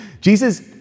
Jesus